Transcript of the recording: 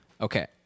okay